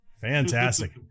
fantastic